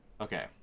Okay